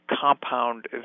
compound